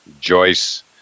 Joyce